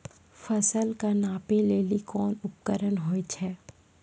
फसल कऽ नापै लेली कोन उपकरण होय छै?